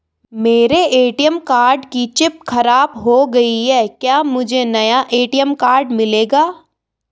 मेरे ATM card की chip खराब हो गयी है क्या मुझे नया ए.टी.एम मिलेगा?